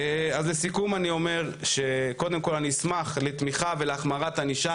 אז לסיכום אני אומר שקודם כל אני אשמח לתמיכה ולהחמרת ענישה,